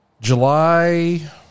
July